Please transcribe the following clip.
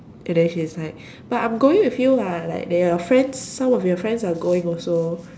and then she's like but I'm going with you [what] like there are friends some of your friends are going also